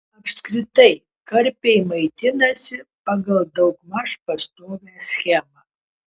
apskritai karpiai maitinasi pagal daugmaž pastovią schemą